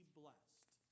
blessed